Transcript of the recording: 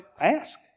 Ask